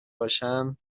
باشم